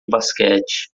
basquete